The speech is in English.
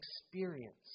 experience